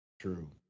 True